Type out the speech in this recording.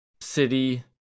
city